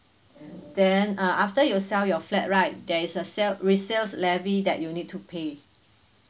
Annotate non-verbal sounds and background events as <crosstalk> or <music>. <noise> then uh after you sell your flat right there is a sell resale levy that you need to pay